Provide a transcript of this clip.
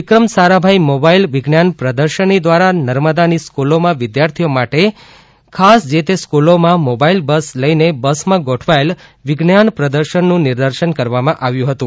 વિક્રમ Sarabhai mobile વિજ્ઞાન પ્રદર્શની દ્વારા નર્મદાની સ્ક્રલોમાં વિધાર્થીઓ માટે ખાસ જે તે સ્કૂલોમાં મોબાઇલ બસ લઇને બસમાં ગોઠવાયેલ વિજ્ઞાન પ્રદર્શનનું નિદર્શન કરવામા આવ્યુ હતુ